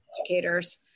educators